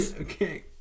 Okay